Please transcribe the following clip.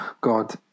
God